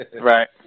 Right